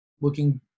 looking